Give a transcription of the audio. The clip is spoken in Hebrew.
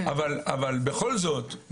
אבל בכל זאת,